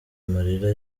amarira